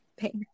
Thank